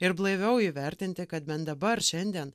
ir blaiviau įvertinti kad bent dabar šiandien